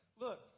look